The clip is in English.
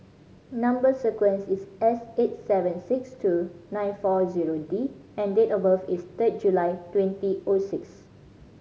number sequence is S eight seven six two nine four zero D and date of birth is third July twenty O six